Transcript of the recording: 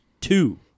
two